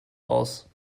aus